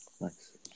Nice